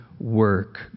work